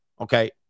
Okay